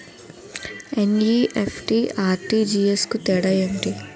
NEFT, RTGS కు తేడా ఏంటి?